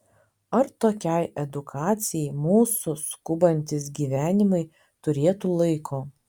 ar tokiai edukacijai mūsų skubantys gyvenimai turėtų laiko